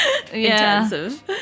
intensive